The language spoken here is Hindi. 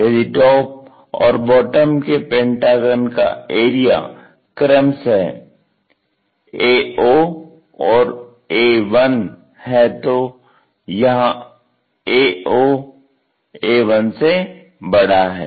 यदि टॉप और बॉटम के पेंटागन का एरिया क्रमशः A0 और A1 है तो यहां A0 A1 से बड़ा है